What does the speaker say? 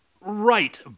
Right